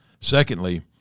Secondly